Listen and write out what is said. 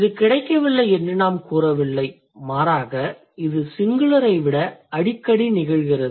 இது கிடைக்கவில்லை என்று நாம் கூறவில்லை மாறாக இது சிங்குலரை விட அடிக்கடி நிகழ்கிறது